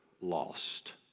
lost